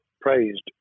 praised